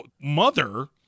mother